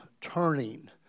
turning